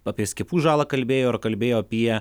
apie skiepų žalą kalbėjo ir kalbėjo apie